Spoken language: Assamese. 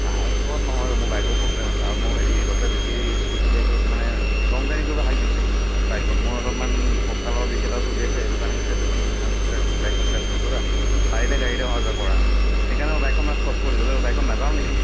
বাইকত নহয় ও মোৰ বাইকৰ প্ৰব্লেম আছে আৰু হেৰি ডক্টৰে বেছি দীঘলীয়াকৈ মানে লং জাৰ্নি কৰিব হাক দিছে বাইকত মোৰ অলপমাণ কঁকালৰ বিষ এটাও চলি আছে সেইটো কাৰণে কৈছে তুমি ইমান ট্ৰে বাইকত ট্ৰেভেল নকৰিবা পাৰিলে গাড়ীতে অহা যোৱা কৰা সেইকাৰণে মই মানে বাইকখন ষ্টপ কৰি দিছো ত' বাইকত নাযাওঁ নেকি